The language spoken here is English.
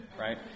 right